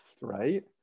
right